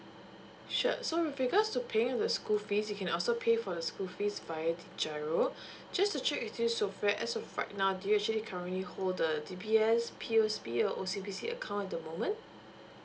sure so with regards to paying the school fees you can also pay for the school fees via the GIRO just to check with you sofea as of right now do you actually currently hold the D_B_S P_O_S_B or O_C_B_C account at the moment